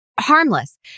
harmless